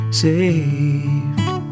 saved